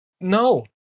No